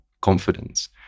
confidence